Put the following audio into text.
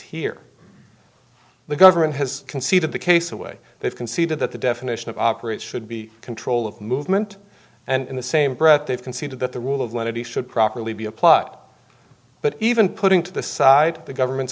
here the government has conceded the case away they've conceded that the definition of operate should be control of movement and in the same breath they've conceded that the rule of lenity should properly be a plot but even putting to the side the government's